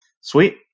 Sweet